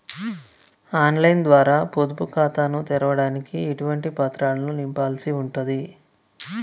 On line ద్వారా పొదుపు ఖాతాను తెరవడానికి ఎటువంటి పత్రాలను నింపాల్సి ఉంటది?